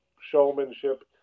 showmanship